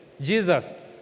Jesus